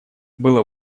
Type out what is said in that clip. было